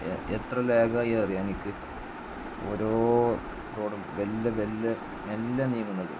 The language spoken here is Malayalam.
എത്ര ലാഗായി അറിയാം എനിക്ക് ഓരോ തോറും മെല്ലെ മെല്ലെ മെല്ലെ നീങ്ങുന്നത്